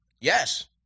Yes